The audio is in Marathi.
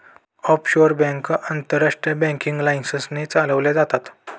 ऑफशोर बँक आंतरराष्ट्रीय बँकिंग लायसन्स ने चालवल्या जातात